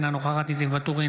אינה נוכחת ניסים ואטורי,